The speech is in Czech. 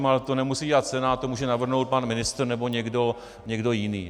Ale to nemusí dělat Senát, to může navrhnout pan ministr nebo někdo jiný.